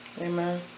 Amen